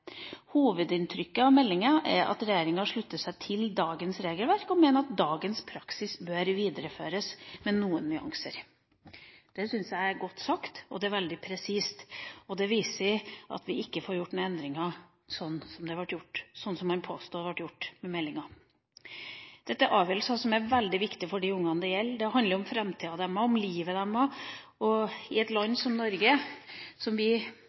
mener at dagens praksis bør videreføres, men med noen nyanser.» Det syns jeg er godt sagt, og det er veldig presist. Det viser at vi ikke får gjort noen endringer, sånn som en påsto det ble gjort med meldinga. Dette er avgjørelser som er veldig viktige for de ungene det gjelder. Det handler om framtida deres, om livet deres, i et land som Norge, og vi